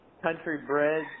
country-bred